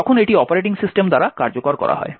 যখন এটি operating system দ্বারা কার্যকর করা হয়